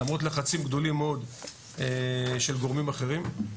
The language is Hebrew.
למרות לחצים גדולים מאוד של גורמים אחרים.